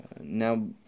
now